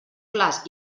clars